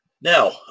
Now